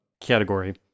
category